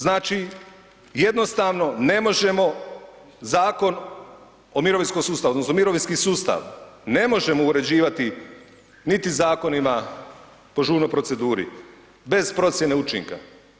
Znači jednostavno ne možemo Zakon o mirovinskom sustavu, odnosno mirovinski sustav ne možemo uređivati niti zakonima po žurnoj proceduri bez procjene učinka.